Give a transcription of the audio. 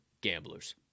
gamblers